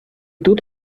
тут